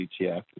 ETF